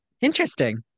interesting